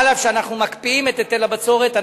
אף שאנחנו מקפיאים את היטל הבצורת,